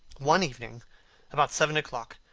one evening about seven o'clock,